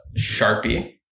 Sharpie